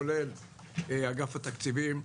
כולל אגף התקציבים.